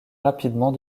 rapidement